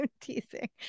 Teasing